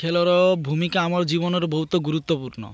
ଖେଳର ଭୂମିକା ଆମର ଜୀବନର ବହୁତ ଗୁରୁତ୍ୱପୂର୍ଣ୍ଣ